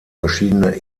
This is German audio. verschiedene